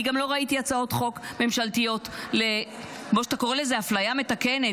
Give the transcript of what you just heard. אני גם לא ראיתי הצעות חוק ממשלתיות לאפליה מתקנת,